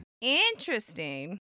Interesting